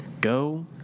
go